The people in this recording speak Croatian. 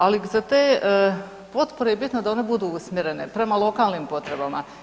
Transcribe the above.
Ali za te potpore je bitno da one budu usmjerene prema lokalnim potrebama.